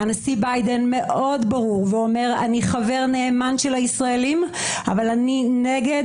הנשיא ביידן מאוד ברור ואומר אני חבר נאמן של הישראלים אבל אני נגד